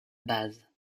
base